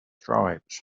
stripes